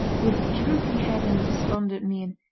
with drooping head and despondent mien,